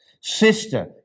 Sister